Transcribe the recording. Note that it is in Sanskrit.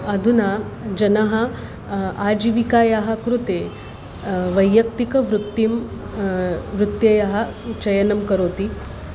अधुना जनाः आजीविकायाः कृते वैयक्तिकवृत्तिं वृत्तयः चयनं करोति